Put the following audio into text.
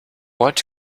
what